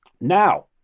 Now